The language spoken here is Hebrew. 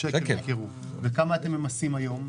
הכמות הבינונית ירדה ב-80% והכמות הגבוהה מאוד ירדה